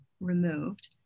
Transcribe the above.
removed